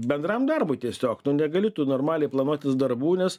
bendram darbui tiesiog nu negali normaliai planuotis darbų nes